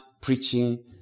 preaching